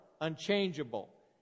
unchangeable